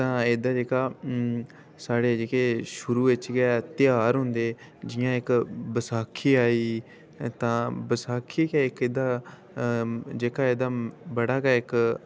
तां एह्दा जेह्का साढ़े जेह्के शुरु च गै ध्यार होंदे जि'यां इक्क बसाखी आई तां बसाखी गै इक एह्दा जेह्का एह्दा बड़ा गै इक